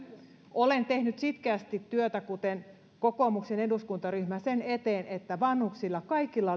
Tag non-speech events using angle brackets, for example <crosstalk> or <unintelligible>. olen tehnyt sitkeästi työtä kuten kokoomuksen eduskuntaryhmä sen eteen että kaikilla <unintelligible>